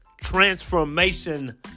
Transformation